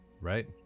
right